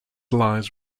lies